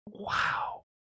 Wow